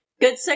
good